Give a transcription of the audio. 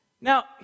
Now